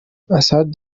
assad